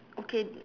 okay